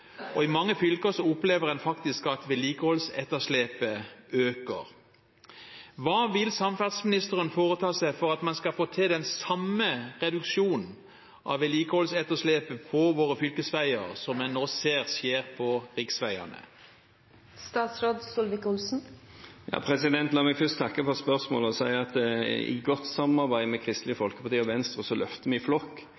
året. I mange fylker opplever en faktisk at vedlikeholdsetterslepet øker. Hva vil samferdselsministeren foreta seg for at man skal få til den samme reduksjonen av vedlikeholdsetterslepet på våre fylkesveier som en nå ser skjer på riksveiene? La meg først takke for spørsmålet og si at i godt samarbeid med Kristelig Folkeparti og Venstre løfter vi i flokk